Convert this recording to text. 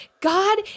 God